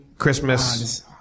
Christmas